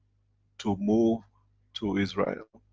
to move to israel,